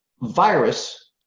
virus